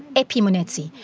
epi munetsi,